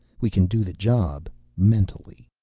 we can do the job mentally.